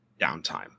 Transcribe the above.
downtime